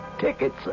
tickets